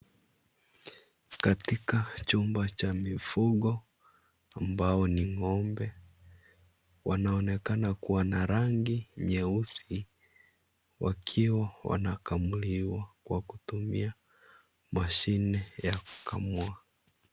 Katika chumba cha mifugo, ambao ni ng'ombe, wanaonekana kuwa na rangi nyeusi, wakiwa wanakamuliwa kwa kutumia mashine ya kukamua.